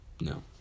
No